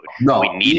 No